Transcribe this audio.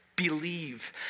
Believe